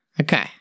Okay